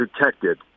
protected